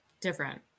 different